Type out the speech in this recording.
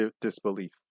disbelief